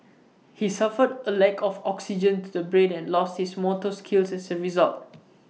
he suffered A lack of oxygen to the brain and lost his motor skills as A result